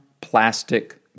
plastic